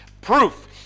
proof